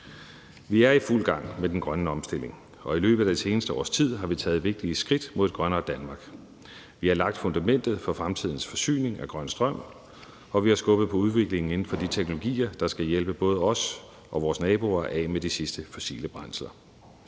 Vi er i fuld gang med den grønne omstilling, og i løbet af det seneste års tid har vi taget vigtige skridt mod et grønnere Danmark. Vi har lagt fundamentet for fremtidens forsyning af grøn strøm, og vi har skubbet på udviklingen inden for de teknologier, der skal hjælpe både os og vores naboer af med de sidste fossile brændsler.